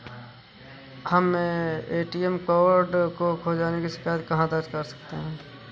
हम ATM card खो जाने की शिकायत कहाँ दर्ज कर सकते हैं?